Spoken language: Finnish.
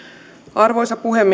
arvoisa puhemies